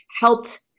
helped